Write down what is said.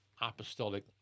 apostolic